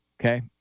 Okay